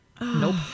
Nope